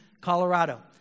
Colorado